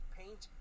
paint